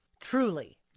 Truly